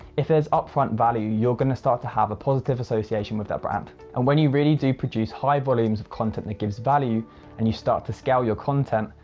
if there's upfront value, you're going to start to have a positive association with that brand and when you really do produce high volumes of content that gives value and you start to scale your content,